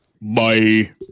Bye